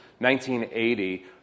1980